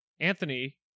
Anthony